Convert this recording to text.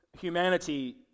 Humanity